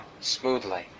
smoothly